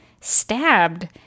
stabbed